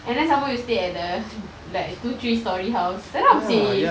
and then some more you stay at the like two three storey house seram seh